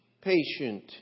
patient